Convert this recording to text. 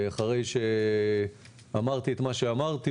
אחרי שאמרתי את מה שאמרתי,